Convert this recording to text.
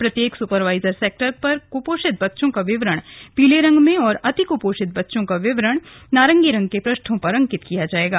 प्रत्येक supervisor sector पर कुपोषित बच्चो का विवरण पीले रंग में और अतिकुपोषित बच्चो का विवरण नारंगी रंग के पृष्ठों पर अंकित किया जायेगा